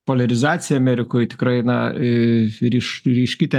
poliarizacija amerikoj tikrai na ryš ryški tendencija